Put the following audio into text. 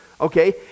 okay